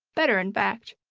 better in fact,